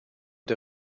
der